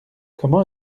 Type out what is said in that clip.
comment